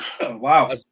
Wow